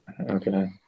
Okay